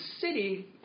city